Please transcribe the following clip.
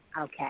Okay